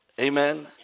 amen